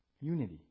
Unity